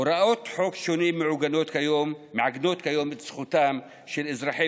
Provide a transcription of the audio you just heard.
הוראות חוק שונות מעגנות כיום את זכותם של אזרחי